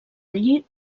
allí